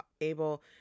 able